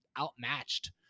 outmatched